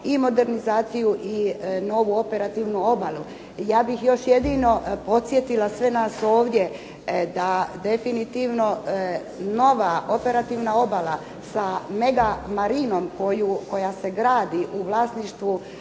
i modernizaciju i novu operativnu obalu. Ja bih još jedino podsjetila sve nas ovdje da definitivno nova operativna obala sa Mega Marinom koja se gradi u vlasništvu